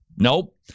Nope